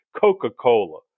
Coca-Cola